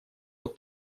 вот